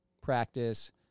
practice